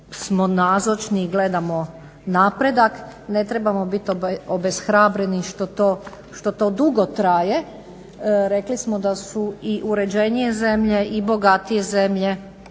smo nazočni i gledamo napredak. Ne trebamo biti obeshrabreni što to dugo traje, rekli smo da su i uređenije zemlje i bogatije zemlje